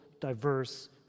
diverse